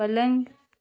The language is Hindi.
पलंग